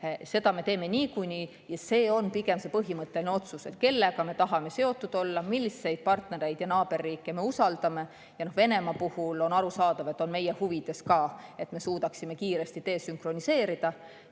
Seda me teeksime niikuinii. See on pigem põhimõtteline otsus, kellega me tahame seotud olla, milliseid partnereid ja naaberriike me usaldame. Venemaa puhul on arusaadav, et on meie huvides, et me suudaksime kiiresti desünkroniseerida